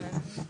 כן?